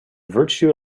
virtue